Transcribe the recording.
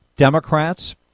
Democrats